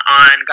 on